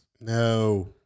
No